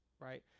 right